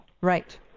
Right